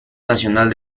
nacional